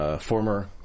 Former